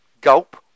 gulp